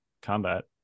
combat